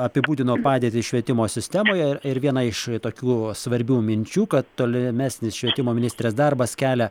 apibūdino padėtį švietimo sistemoje ir ir viena iš tokių svarbių minčių kad tolimesnis švietimo ministrės darbas kelia